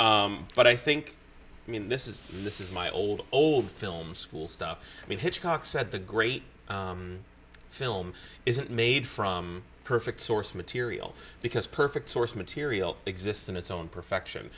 choice but i think i mean this is this is my old old film school stuff we hitchcock said the great film isn't made from perfect source material because perfect source material exists in its own perfection